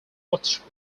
pottery